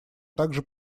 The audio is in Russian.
также